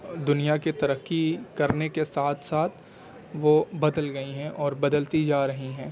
دنیا کے ترقی کرنے کے ساتھ ساتھ وہ بدل گئی ہیں اور بدلتی جا رہی ہیں